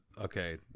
Okay